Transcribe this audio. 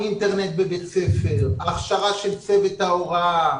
האינטרנט בבית ספר, ההכשרה של צוות ההוראה,